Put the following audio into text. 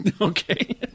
Okay